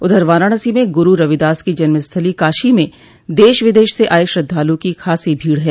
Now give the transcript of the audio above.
उधर वाराणसी में गुरू रविदास की जन्मस्थली काशी में देश विदेश से आये श्रद्वालु की खासी भीड़ है